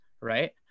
Right